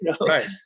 Right